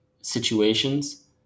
situations